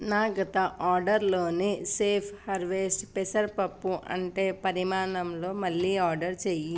నా గత ఆడర్లోని సేఫ్ హార్వెస్ట్ పెసరపప్పు అంటే పరిమాణంలో మళ్ళీ ఆర్డర్ చెయ్యి